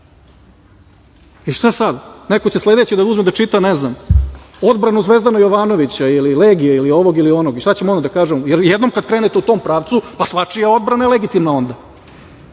i šta sad neko će sledeći uzeti da čita, ne znam, odbranu Zvezdana Jovanovića ili Legije ili ovog ili onog i šta ćemo onda da kažemo, jer jednom kada krenete u tom pravcu pa svačija odbrana je legitimna onda. Mi